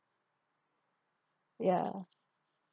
ya